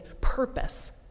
purpose